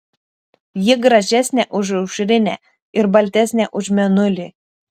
ji gražesnė už aušrinę ir baltesnė už mėnulį